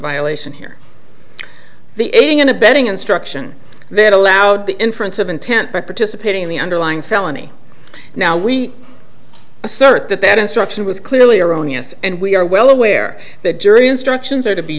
violation here the aiding and abetting instruction they had allowed the inference of intent by participating in the underlying felony now we assert that that instruction was clearly erroneous and we are well aware that jury instructions are to be